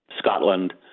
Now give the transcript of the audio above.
scotland